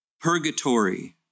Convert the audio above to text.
purgatory